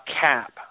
cap